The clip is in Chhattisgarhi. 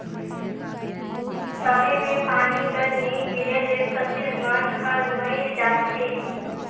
समे मे पानी कर नी गिरे ले फसिल मन हर मइर जाथे